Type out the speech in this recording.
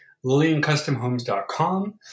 LillianCustomHomes.com